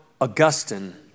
Augustine